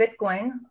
Bitcoin